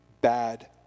bad